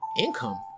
Income